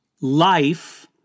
life